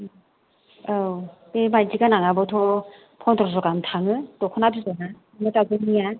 औ बे माइदि गोनांआबोथ' फनद्रस' गाहाम थाङो दख'ना बिदना बे दाउदैनिया